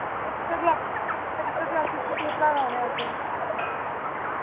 extra class extra classes च केह् पढ़ाना उ'नें असें